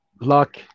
luck